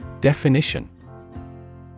definition